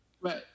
Right